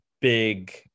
big